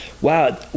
wow